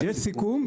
יש סיכום,